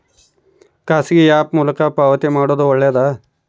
ಖಾಸಗಿ ಆ್ಯಪ್ ಮೂಲಕ ಪಾವತಿ ಮಾಡೋದು ಒಳ್ಳೆದಾ?